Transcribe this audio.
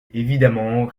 évidemment